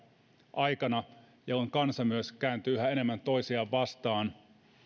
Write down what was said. aikana jolloin myös kansa kääntyy yhä enemmän toisiaan vastaan